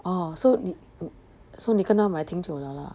oh so 你你 so 你跟他买挺久了啦